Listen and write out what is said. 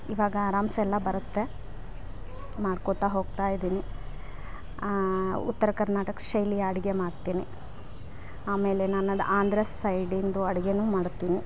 ಇವಾಗ ಆರಾಮ್ಸೆ ಎಲ್ಲ ಬರತ್ತೆ ಮಾಡ್ಕೋತಾ ಹೋಗ್ತಾಯಿದ್ದೀನಿ ಉತ್ತರಕರ್ನಾಟಕ ಶೈಲಿಯ ಅಡ್ಗೆ ಮಾಡ್ತೀನಿ ಆಮೇಲೆ ನನ್ನದು ಆಂಧ್ರ ಸೈಡಿಂದು ಅಡ್ಗೇನು ಮಾಡ್ತೀನಿ